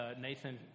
Nathan